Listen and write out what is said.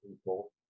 people